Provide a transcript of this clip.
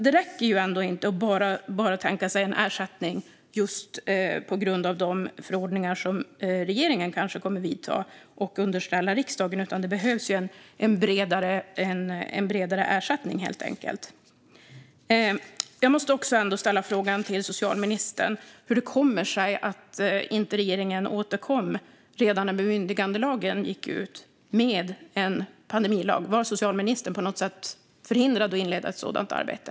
Det räcker därför inte att bara tänka sig en ersättning just på grund av de förordningar som regeringen kanske kommer att utfärda och underställa riksdagen, utan det behövs helt enkelt en bredare ersättning. Jag måste också fråga socialministern hur det kommer sig att regeringen inte återkom med en pandemilag redan när bemyndigandelagen kom. Var socialministern på något sätt förhindrad att inleda ett sådant arbete?